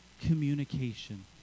communication